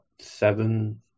seven